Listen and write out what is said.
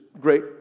great